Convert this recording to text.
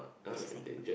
it's just like